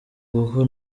kuko